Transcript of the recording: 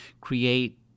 create